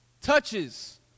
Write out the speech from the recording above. touches